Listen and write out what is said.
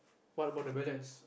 what about the balance